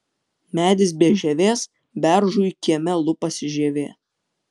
medis be žievės beržui kieme lupasi žievė